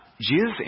Jesus